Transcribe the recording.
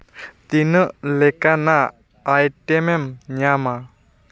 ᱛᱤᱱᱟᱹᱜ ᱞᱮᱠᱟᱱᱟᱜ ᱟᱭᱴᱮᱢᱮᱢ ᱧᱟᱢᱟ